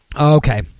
okay